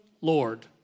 Lord